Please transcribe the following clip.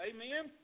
Amen